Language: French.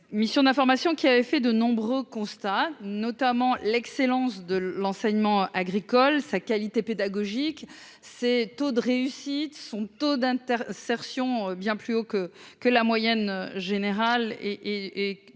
mission d'information, qui avait fait de nombreux constats notamment l'excellence de l'enseignement agricole, sa qualité pédagogique ses taux de réussite, son taux d'intérêt Serge Sion bien plus haut que que la moyenne générale et